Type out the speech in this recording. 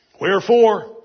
Wherefore